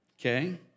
Okay